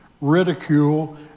ridicule